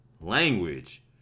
language